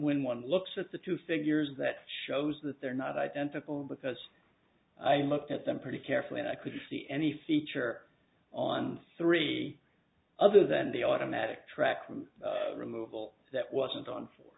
when one looks at the two figures that shows that they're not identical because i looked at them pretty carefully and i couldn't see any feature on three other than the automatic tracking removal that wasn't done for